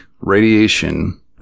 radiation